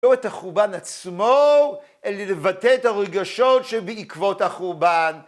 לא את החורבן עצמו, אלא לבטא את הרגשות שבעקבות החורבן.